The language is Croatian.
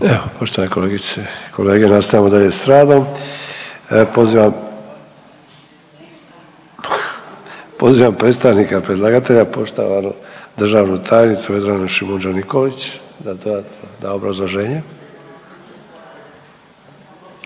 Evo poštovane kolegice i kolege nastavljamo dalje s radom. Pozivam, pozivam predstavnika predlagatelja poštovanu državnu tajnicu Vedranu Šimundža Nikolić da da obrazloženje.